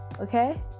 okay